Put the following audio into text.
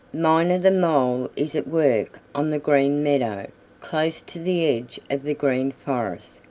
miner the mole is at work on the green meadow close to the edge of the green forest,